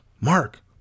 mark